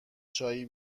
چایی